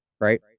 right